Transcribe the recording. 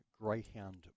Greyhound